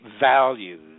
values